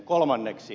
kolmanneksi